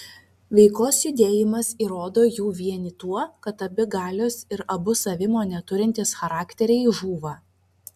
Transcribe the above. veikos judėjimas įrodo jų vienį tuo kad abi galios ir abu savimonę turintys charakteriai žūva